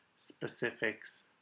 specifics